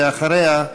ואחריה,